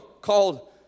called